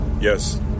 Yes